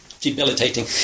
debilitating